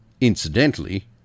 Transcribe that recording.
Incidentally